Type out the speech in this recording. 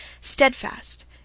steadfast